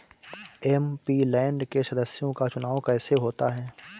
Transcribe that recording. MP land के सदस्यों का चुनाव कैसे होता है?